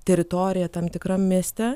teritorija tam tikram mieste